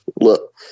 Look